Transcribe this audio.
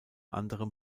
anderem